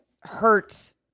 hurts